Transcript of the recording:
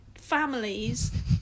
families